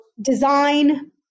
design